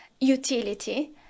utility